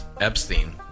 Epstein